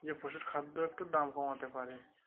যে পশুর খাদ্য একটু দাম কমাতে পারে